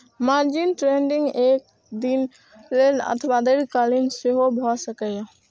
margin trading एक दिन लेल अथवा दीर्घकालीन सेहो भए सकैए